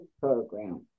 program